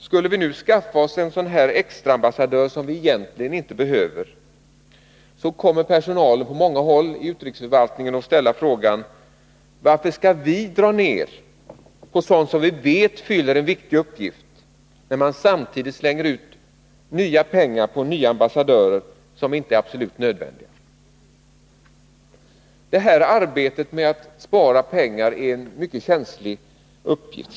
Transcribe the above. Skulle vi skaffa oss en sådan här extraambassadör, som vi egentligen inte behöver, kommer personalen på många håll i utrikesförvaltningen att ställa frågan: Varför skall vi dra ned på sådant som vi vet fyller en viktig uppgift, när man samtidigt slänger ut pengar på nya ambassadörer som inte är absolut nödvändiga? Arbetet med att spara pengar är en mycket känslig uppgift.